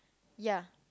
ya